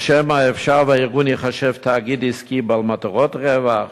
שמא אפשר שהארגון ייחשב תאגיד עסקי בעל מטרות רווח?